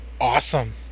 awesome